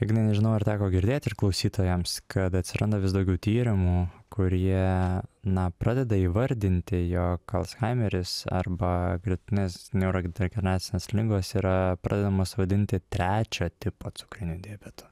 ignai nežinau ar teko girdėti ir klausytojams kad atsiranda vis daugiau tyrimų kurie na pradeda įvardinti jog alzhaimeris arba gretutinės neurodegeneracinės ligos yra pradedamos vadinti trečio tipo cukriniu diabetu